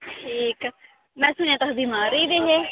ठीक में सुनेआ तुस बमार होई गेदे हे